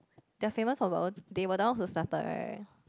their famous for bubble they were the ones who started right